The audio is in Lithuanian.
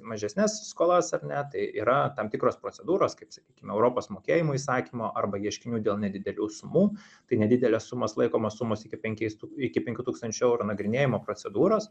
mažesnes skolas ar ne tai yra tam tikros procedūros kaip sakykim europos mokėjimų įsakymo arba ieškinių dėl nedidelių sumų tai nedidelės sumos laikomos sumos iki penkiais iki penkių tūkstančių eurų nagrinėjimo procedūros